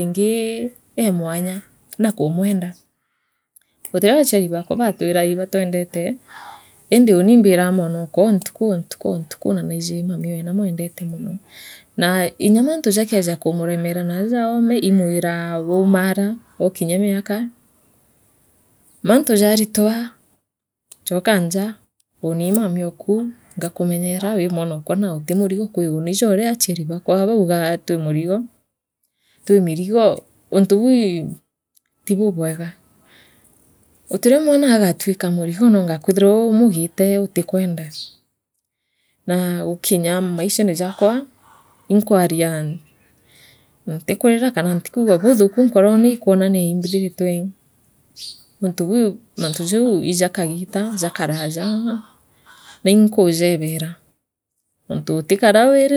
Iingi ee mwanya na kamwenda gutirio achiari baakwa baatwira ibatwendete indi u unii iimbiraa mwanokwa on ntuku oo ntuku na naiji maiowe naamwendete naa inya mantu jakeeja kumuremera naaja oome imwiraa okinya miaka mantu jaritua choka njaa uunii mamioku ngakamenyera wi mwanokwa na uti murigo kwi uuni jooria achiaribaakwa baugaa twi murigo twi mirigo untubuu ii tibubwega itirio mwana agaatwika murimo roonga kwithirwa umugiite utikwenda naa gukinya maishene jaakwa imkwaria ntikurira kara ntikugua buutuku nkorone ikwonania imbithiritwe untu buu mantu jau ijakagiita ijakaraaja utikara wii